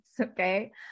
okay